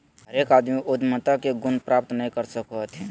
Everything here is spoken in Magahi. हरेक आदमी उद्यमिता के गुण प्राप्त नय कर सको हथिन